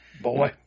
Boy